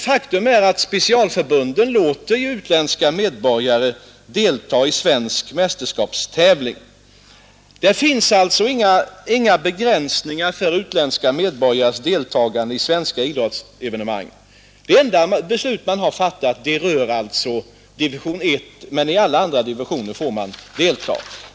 Faktum är att specialförbunden låter utländska medborgare delta i svensk mästerskapstävling. Det finns alltså inga begränsningar för utländska medborgares deltagande i svenska idrottsevenemang. Det enda beslut man har fattat rör division I. I alla andra divisioner får de delta.